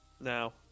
Now